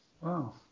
Wow